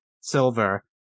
Silver